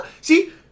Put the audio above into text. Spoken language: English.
see